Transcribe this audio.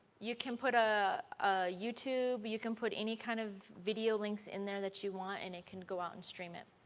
you can put a youtube, you can put any kind of video links in there that you want and it can go out and stream it.